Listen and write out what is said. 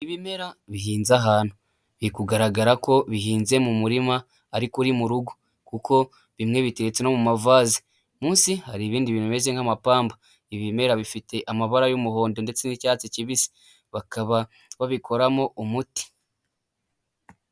Ibimera bihinze ahantu. Biri kugaragara ko bihinze mu murima ariko uri mu rugo kuko bimwe biteretse no mu mavase. Munsi hari ibindi bimeze nk'amapamba, ibi bimera bifite amabara y'umuhondo ndetse n'icyatsi kibisi. Bakaba babikoramo umuti.